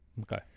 okay